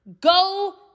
Go